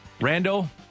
Randall